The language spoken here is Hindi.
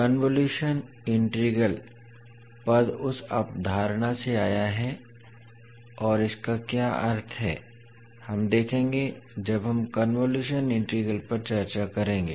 कन्वोलुशन इंटीग्रल पद उस अवधारणा से आया है और इसका क्या अर्थ है हम देखेंगे जब हम कन्वोलुशन इंटीग्रल पर चर्चा करेंगे